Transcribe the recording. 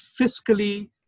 fiscally